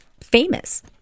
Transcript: famous